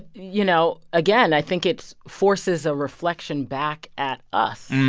you know, again, i think it forces a reflection back at us,